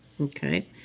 Okay